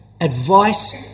Advice